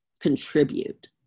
contribute